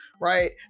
right